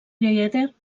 lieder